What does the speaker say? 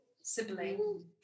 sibling